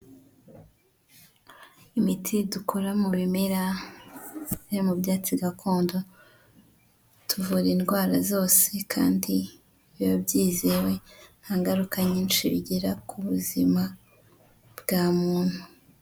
Imiti dukora mu bimera yo mu byatsi gakondo ituvura indwara zose kandi biba byizewe ntangaruka nyinshi bigira ku buzima bwa muntu.